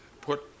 put